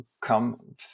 come